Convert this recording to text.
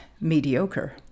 mediocre